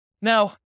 Now